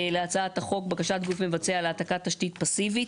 להצעת החוק "בקשת גוף מבצע להעתקת תשתית פסיבית".